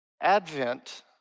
Advent